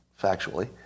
factually